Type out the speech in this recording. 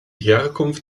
herkunft